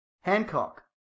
Hancock